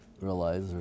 realize